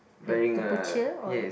the the butcher or